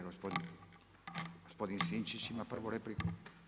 Gospodin Sinčić ima prvu repliku.